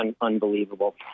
unbelievable